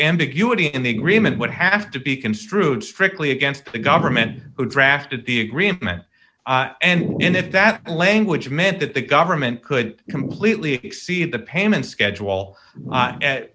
ambiguity in the agreement would have to be construed strictly against the government who drafted the agreement and if that language meant that the government could completely exceed the payment schedule